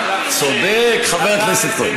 צודק חבר הכנסת כהן.